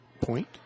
point